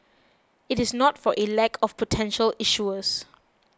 it is not for a lack of potential issuers